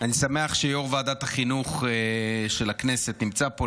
אני שמח שיו"ר ועדת החינוך של הכנסת נמצא פה,